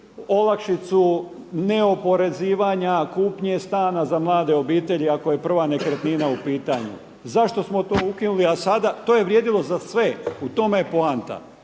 olakšicu neoporezivanja kupnje stana za mlade obitelji ako je prva nekretnina u pitanju? Zašto smo to ukinuli? A sada, to je vrijedilo za sve, u tome je poanta.